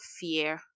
fear